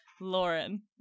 lauren